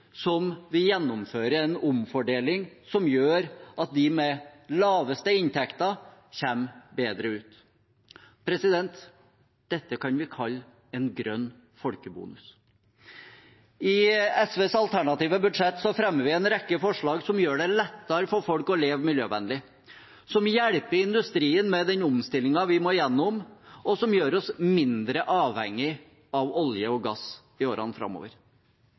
som vi gjennomfører en omfordeling som gjør at de med lavest inntekter kommer bedre ut. Dette kan vi kalle en «grønn folkebonus». I SVs alternative budsjett fremmer vi en rekke forslag som gjør det lettere for folk å leve miljøvennlig, som hjelper industrien med den omstillingen vi må gjennom, og som gjør oss mindre avhengig av olje og gass i årene framover.